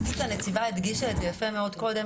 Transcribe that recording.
אני חושבת שהנציבה הדגישה את זה יפה מאוד קודם